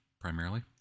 primarily